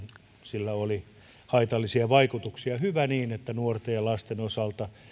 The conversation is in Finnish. sillä oli haitallisia vaikutuksia ja hyvä niin että nuorten ja lasten osalta